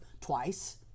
twice